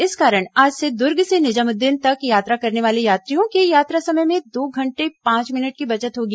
इस कारण आज से दर्ग से निजामुद्दीन तक यात्रा करने वाले यात्रियों के यात्रा समय में दो घंटे पांच मिनट की बचत होगी